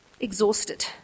exhausted